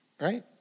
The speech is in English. right